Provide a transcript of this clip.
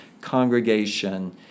congregation